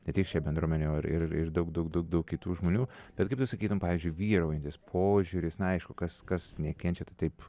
ne tik šią bendruomenę o ir daug daug daug kitų žmonių bet kaip tu sakytum pavyzdžiui vyraujantis požiūris na aišku kas kas nekenčia tai taip